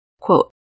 quote